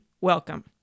welcome